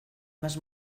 más